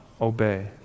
obey